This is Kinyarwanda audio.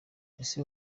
ese